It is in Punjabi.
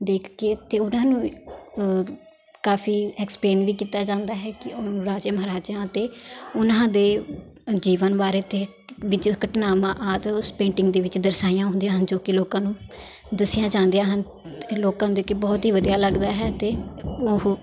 ਦੇਖ ਕੇ ਅਤੇ ਉਹਨਾਂ ਨੂੰ ਕਾਫ਼ੀ ਐਕਸਪਲੇਨ ਵੀ ਕੀਤਾ ਜਾਂਦਾ ਹੈ ਕਿ ਉਹ ਰਾਜੇ ਮਹਾਰਾਜਿਆਂ ਅਤੇ ਉਹਨਾਂ ਦੇ ਜੀਵਨ ਬਾਰੇ ਦੇ ਵਿੱਚ ਘਟਨਾਵਾਂ ਆਦਿ ਉਸ ਪੇਂਟਿੰਗ ਦੇ ਵਿੱਚ ਦਰਸਾਈਆਂ ਹੁੰਦੀਆਂ ਹਨ ਜੋ ਕਿ ਲੋਕਾਂ ਨੂੰ ਦੱਸੀਆਂ ਜਾਂਦੀਆਂ ਹਨ ਲੋਕਾਂ ਨੂੰ ਦੇਖ ਕੇ ਬਹੁਤ ਹੀ ਵਧੀਆ ਲੱਗਦਾ ਹੈ ਅਤੇ ਉਹ